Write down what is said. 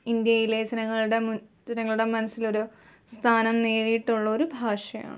ഇന്ത്യയിലെ ജനങ്ങളുടെ ജനങ്ങുടെ മനസ്സിലൊരു സ്ഥാനം നേടിയിട്ടുള്ളൊരു ഭാഷയാണ്